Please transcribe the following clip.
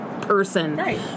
person